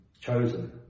chosen